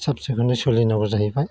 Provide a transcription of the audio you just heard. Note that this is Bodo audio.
साफ सिखोनै सोलिनांगौ जाहैबाय